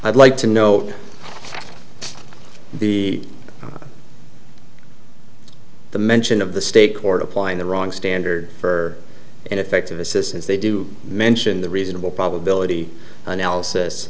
i'd like to know the the mention of the state court applying the wrong standard for ineffective assistance they do mention the reasonable probability analysis